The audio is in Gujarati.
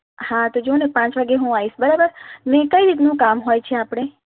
હા તો જુઓને પાંચ વાગ્યે હું આવીશ બરાબર ને કઈ રીતનું કામ હોય છે આપણે